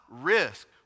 risk